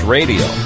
Radio